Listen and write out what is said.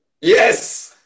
Yes